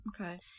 Okay